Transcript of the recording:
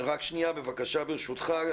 רק שנייה בבקשה, ברשותך.